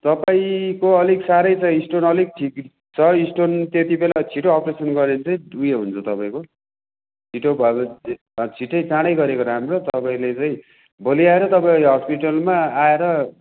तपाईँको अलिक साह्रै छ स्टोन अलिक ठिक छ स्टोन तेतिबेला छिटो अपरेसन गऱ्यो भने चाहिँ उयो हुन्छ तपाईँको छिटो भयो भने चाहिँ छिट्टै चाँडै गरेको राम्रो तपाईँले चाहिँ भोलि आएर तपाईँ हस्पिटलमा आएर